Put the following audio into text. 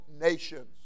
nations